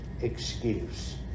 excuse